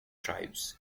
tribes